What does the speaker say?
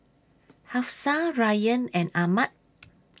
Hafsa Ryan and Ahmad